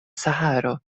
saharo